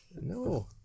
No